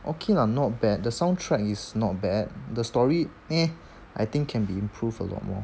okay lah not bad the soundtrack is not bad the story eh I think can be improved a lot more